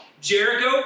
Jericho